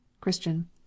Christian